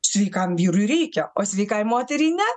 sveikam vyrui reikia o sveikai moteriai ne